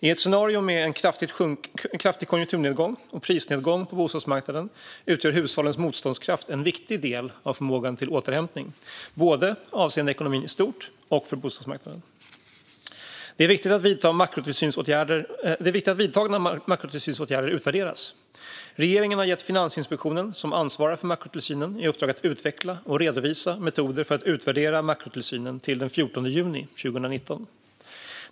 I ett scenario med en kraftig konjunkturnedgång och prisnedgång på bostadsmarknaden utgör hushållens motståndskraft en viktig del av förmågan till återhämtning både avseende ekonomin i stort och för bostadsmarknaden. Det är viktigt att vidtagna makrotillsynsåtgärder utvärderas. Regeringen har gett Finansinspektionen, som ansvarar för makrotillsynen, i uppdrag att utveckla och redovisa metoder för att utvärdera makrotillsynen till den 14 juni 2019.